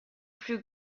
plus